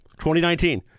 2019